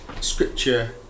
scripture